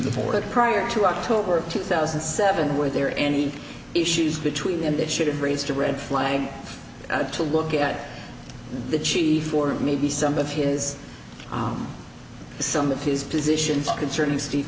the fore that prior to october of two thousand and seven where there are any issues between them that should have raised a red flag to look at the chief or maybe some of his some of his positions concerning steve